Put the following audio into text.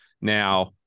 Now